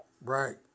Right